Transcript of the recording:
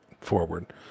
forward